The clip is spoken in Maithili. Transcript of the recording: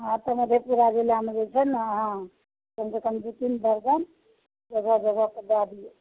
हाँ तऽ मधेपुरा जिलामे जे छै ने अहाँ कम सँ कम दू तीन दर्जन जगह जगहपर दए दियौ